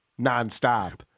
nonstop